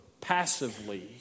passively